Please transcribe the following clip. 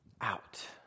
out